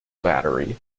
battery